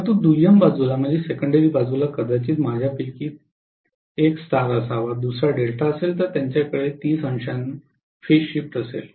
परंतु दुय्यम बाजूला कदाचित माझ्यापैकी त्यापैकी एक स्टार असावा दुसरा डेल्टा असेल तर त्यांच्याकडे 300 फेज शिफ्ट असेल